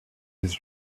his